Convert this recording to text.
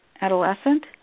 adolescent